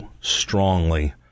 strongly